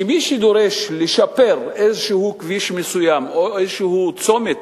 שמי שדורש לשפר איזה כביש מסוים או איזה צומת